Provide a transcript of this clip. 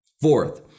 Fourth